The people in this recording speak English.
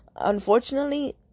unfortunately